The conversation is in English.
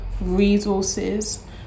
resources